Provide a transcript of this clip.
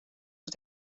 het